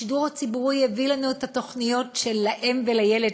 השידור הציבורי הביא לנו את התוכנית של "לאם ולילד",